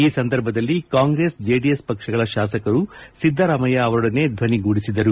ಈ ಸಂದರ್ಭದಲ್ಲಿ ಕಾಂಗ್ರೆಸ್ ಜೆಡಿಎಸ್ ಪಕ್ಷಗಳ ತಾಸಕರು ಸಿದ್ದರಾಮಯ್ಯ ಅವರೊಡನೆ ಧ್ವನಿಗೂಡಿಸಿದರು